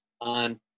on